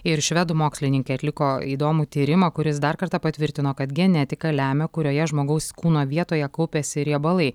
ir švedų mokslininkė atliko įdomų tyrimą kuris dar kartą patvirtino kad genetika lemia kurioje žmogaus kūno vietoje kaupiasi riebalai